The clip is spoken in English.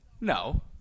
no